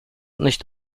nicht